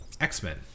X-Men